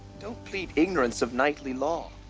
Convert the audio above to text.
don't plead ignorance of knightly law.